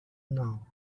now